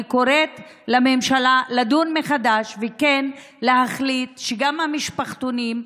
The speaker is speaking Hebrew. אני קוראת לממשלה לדון מחדש ולהחליט שגם המשפחתונים,